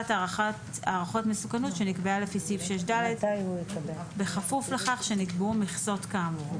הערכות מסוכנות שנקבעה לפי סעיף 6ד בכפוף לכך שנקבעו מכסות כאמור.